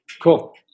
Cool